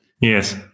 Yes